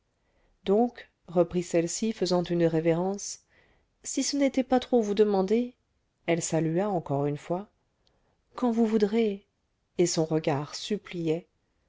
donc reprit celle-ci faisant une révérence si ce n'était pas trop vous demander elle salua encore une fois quand vous voudrez et son regard suppliait